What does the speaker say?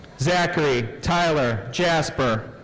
zachary tyler jasper.